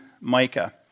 Micah